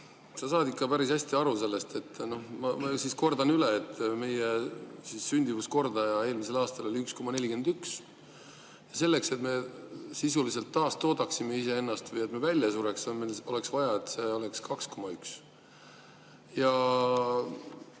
sa saad ikka päris hästi aru sellest. Ma siis kordan üle, et meie sündimuskordaja eelmisel aastal oli 1,41. Selleks, et me sisuliselt taastoodaksime iseennast või et me välja ei sureks, oleks vaja, et see oleks 2,1.